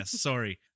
sorry